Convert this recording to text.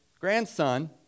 grandson